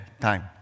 time